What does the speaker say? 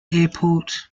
airport